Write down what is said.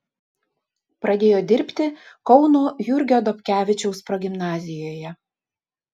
pradėjo dirbti kauno jurgio dobkevičiaus progimnazijoje